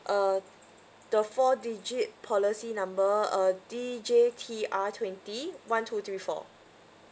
uh the four digit policy number uh D J T R twenty one two three four